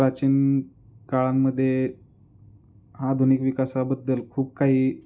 प्राचीन काळांमध्ये आधुनिक विकासाबद्दल खूप काही